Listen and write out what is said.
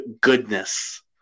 goodness